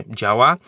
działa